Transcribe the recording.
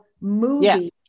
movie